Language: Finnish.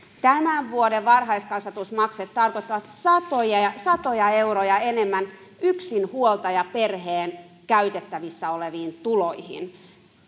tämän vuoden varhaiskasvatusmaksut tarkoittavat satoja ja satoja euroja enemmän yksinhuoltajaperheen käytettävissä oleviin tuloihin